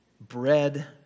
bread